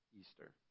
Easter